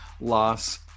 loss